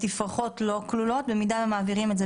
התפרחות לא כלולות במידה ומעבירים את זה